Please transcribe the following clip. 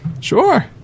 Sure